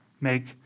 make